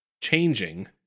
changing